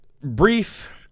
brief